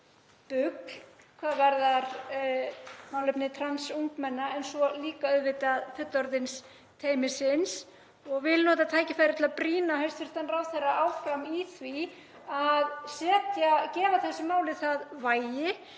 hvað varðar málefni trans ungmenna en svo líka auðvitað fullorðinsteymisins. Ég vil nota tækifærið til að brýna hæstv. ráðherra áfram í því að gefa þessu máli það vægi